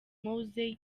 mowzey